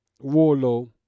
Warlow